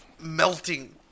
melting